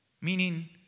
Meaning